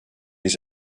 his